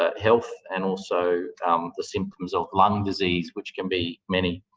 ah health and also the symptoms of lung disease which can be many.